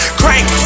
crank